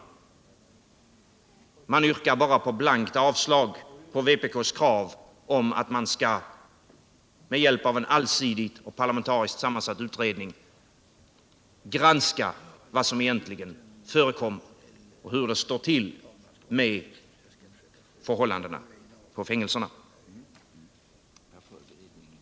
Man yrkar bara blankt avslag på vpk:s krav att man med hjälp av en allsidig, parlamentariskt sammansatt utredning skall granska vad som egentligen förekommer och hur det står till på fängelserna.